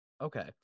Okay